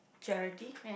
charity